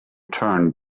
turned